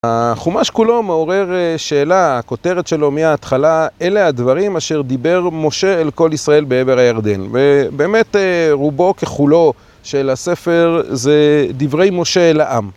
החומש כולו מעורר שאלה, הכותרת שלו מההתחלה, אלה הדברים אשר דיבר משה אל כל ישראל בעבר הירדן. ובאמת רובו ככולו של הספר זה דברי משה אל העם.